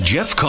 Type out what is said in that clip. Jeff